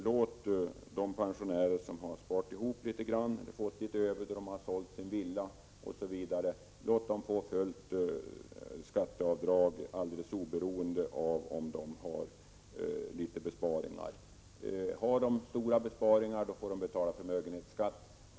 Låt de pensionärer som har sparat ihop litet grand, som har fått pengar över efter att ha sålt en villa, få tillgodogöra sig hela det extra avdraget, oberoende av om de har besparingar. Har de stora besparingar, får de betala förmögenhetsskatt.